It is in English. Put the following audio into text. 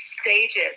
stages